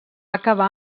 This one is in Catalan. acabar